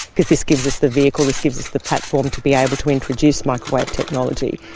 because this gives us the vehicle, this gives us the platform to be able to introduce microwave technology,